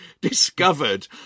discovered